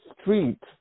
street